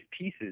pieces